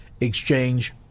exchange